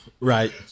right